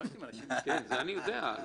זה אני יודע.